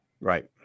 Right